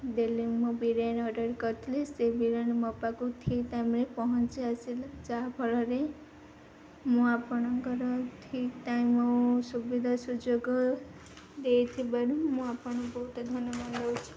ଦେଲି ମୁଁ ବିରିୟାନୀ ଅର୍ଡ଼ର୍ କରିଥିଲି ସେ ବିରିୟାନୀ ମୋ ପାାଖକୁ ଠିକ୍ ଟାଇମ୍ରେ ପହଁଞ୍ଚି ଆସିଲା ଯାହାଫଳରେ ମୁଁ ଆପଣଙ୍କର ଠିକ୍ ଟାଇମ୍ ଓ ସୁବିଧା ସୁଯୋଗ ଦେଇଥିବାରୁ ମୁଁ ଆପଣଙ୍କୁ ବହୁତ ଧନ୍ୟବାଦ ଦେଉଛି